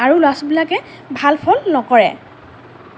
আৰু ল'ৰা ছোৱালীবিলাকে ভাল ফল নকৰে